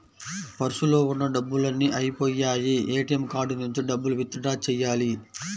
పర్సులో ఉన్న డబ్బులన్నీ అయ్యిపొయ్యాయి, ఏటీఎం కార్డు నుంచి డబ్బులు విత్ డ్రా చెయ్యాలి